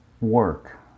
work